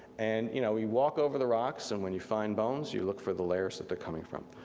and you know we walk over the rocks, and when you find bones, you look for the layers that they're coming from.